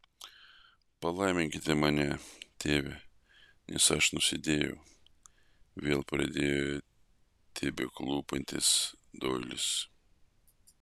palaiminkit mane tėve nes aš nusidėjau vėl pradėjo tebeklūpantis doilis